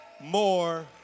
more